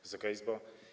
Wysoka Izbo!